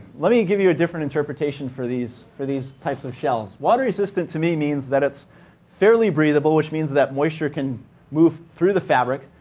let me give you a different interpretation for these for these types of shells. water resistant, to me, means that it's fairly breathable, which means that moisture can move through the fabric.